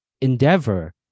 endeavor